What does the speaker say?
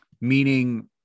meaning